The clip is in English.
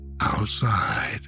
outside